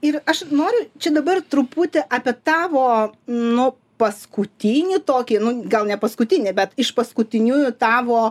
ir aš noriu čia dabar truputį apie tavo nu paskutinį tokį nu gal ne paskutinį bet iš paskutiniųjų tavo